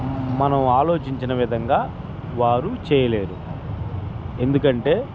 మనం ఆలోచించిన విధంగా వారు చేయలేరు ఎందుకంటే